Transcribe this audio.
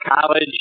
college